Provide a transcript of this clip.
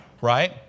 Right